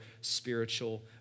spiritual